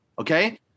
okay